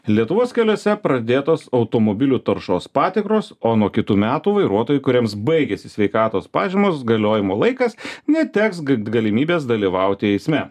lietuvos keliuose pradėtos automobilių taršos patikros o nuo kitų metų vairuotojai kuriems baigiasi sveikatos pažymos galiojimo laikas neteks ga galimybės dalyvauti eisme